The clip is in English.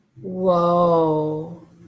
whoa